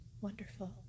Wonderful